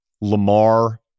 Lamar